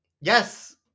Yes